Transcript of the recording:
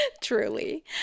Truly